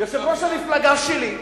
יושב-ראש המפלגה שלי,